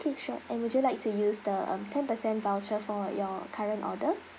~kay sure and would you like to use the uh ten percent voucher for your current order